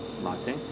latte